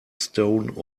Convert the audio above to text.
stone